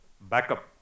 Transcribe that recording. backup